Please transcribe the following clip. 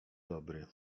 dobry